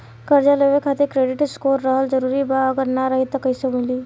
कर्जा लेवे खातिर क्रेडिट स्कोर रहल जरूरी बा अगर ना रही त कैसे मिली?